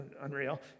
unreal